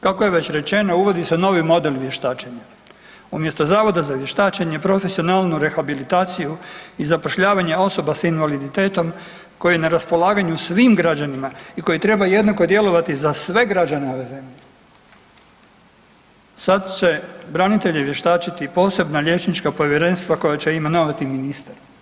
Kako je već rečeno, uvodi se novi model vještačenja, umjesto Zavoda za vještačenje, profesionalnu rehabilitaciju i zapošljavanje osoba sa invaliditetom koji na raspolaganju svim građanima i koji trebaju jednako djelovati za sve građane ove zemlje, sad će branitelje vještačiti posebna liječnička povjerenstva koja će imenovati ministar.